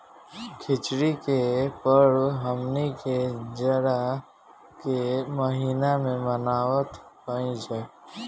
खिचड़ी के परब हमनी के जाड़ा के महिना में मनावत हई जा